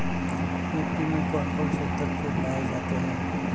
मिट्टी में कौन कौन से तत्व पाए जाते हैं?